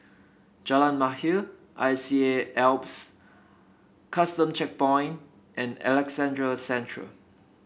Jalan Mahir I C A Alps Custom Checkpoint and Alexandra Central